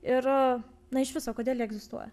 ir na iš viso kodėl jie egzistuoja